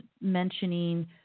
mentioning